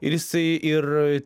ir jisai ir